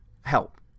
help